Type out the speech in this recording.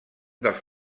dels